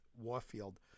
Warfield